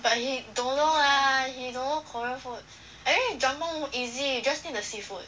but he don't know ah he don't know korean food I think jjampong easy just need the seafood